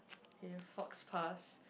here folks task